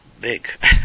big